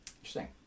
Interesting